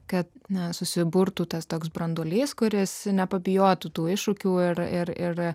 kad nesusiburtų tas toks branduolys kuris nepabijotų tų iššūkių ir ir